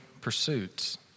pursuits